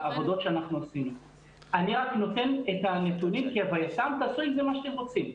אני רוצה לתת פרספקטיבה.